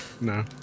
No